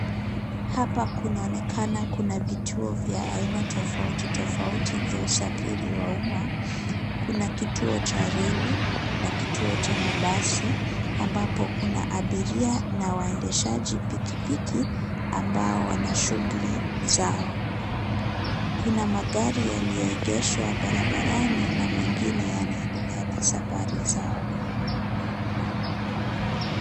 Hapa kunaonekana kuna vituo vya aina tofauti tofauti vya usafiri wa umma. Kuna kituo cha rali na kituo cha mabasi ambapo kuna abilia na waendeshaji pikipiki ambao wana shughuli zao. Kuna magari yaliyoegeshwa barabarani na mengine yanaendelea na safari zao.